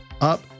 up